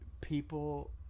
people